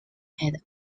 had